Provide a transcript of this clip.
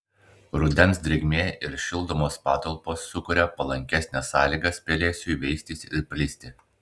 rudens drėgmė ir šildomos patalpos sukuria palankesnes sąlygas pelėsiui veistis ir plisti